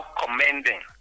commending